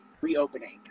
reopening